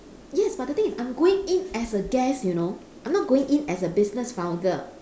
yes but the thing is I'm going in as a guest you know I'm not going in as a business founder